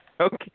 Okay